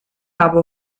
habe